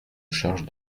charge